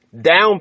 down